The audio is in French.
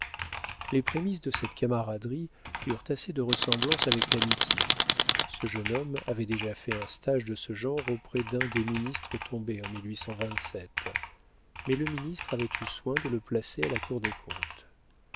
les prémices de cette camaraderie eurent assez de ressemblance avec l'amitié ce jeune homme avait déjà fait un stage de ce genre auprès d'un des ministres tombés en mais le ministre avait eu soin de le placer à la cour des comptes